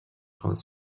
called